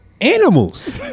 animals